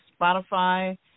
Spotify